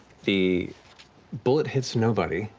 the bullet hits nobody,